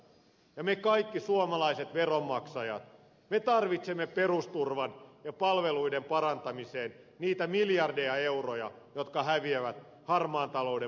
ja me kaikki suomalaiset veronmaksajat tarvitsemme perusturvan ja palveluiden parantamiseen niitä miljardeja euroja jotka häviävät harmaan talouden mustaan aukkoon